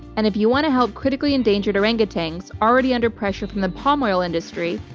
and if you want to help critically endangered orangutans, already under pressure from the palm oil industry,